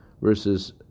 versus